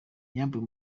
yambuye